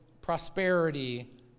prosperity